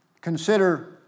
Consider